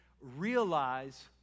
realize